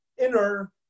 inner